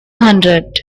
hundred